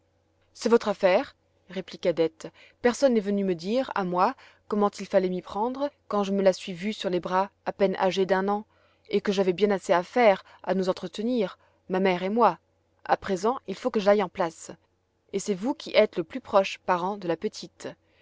c'est votre affaire répliqua dete personne n'est venu me dire à moi comment il fallait m'y prendre quand je me la suis vue sur les bras à peine âgée d'un an et que j'avais déjà bien assez à faire à nous entretenir ma mère et moi a présent il faut que j'aille en place et c'est vous qui êtes le plus proche parent de la petite